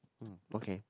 mm okay